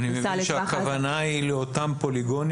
אני מבין שהכוונה היא לאותם פוליגונים